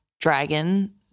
dragon